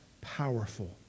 powerful